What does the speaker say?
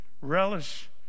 relish